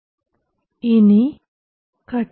ID0 gmvi 0 or vi ID0 gm